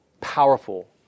powerful